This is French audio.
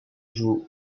jouent